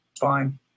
fine